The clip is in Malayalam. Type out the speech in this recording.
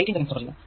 2 വോൾട് ആണ്